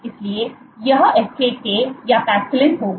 इसलिए यह FAK या पैक्सिलिन होगा